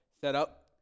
setup